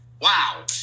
wow